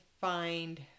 find